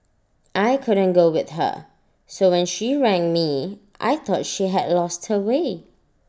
I couldn't go with her so when she rang me I thought she had lost her way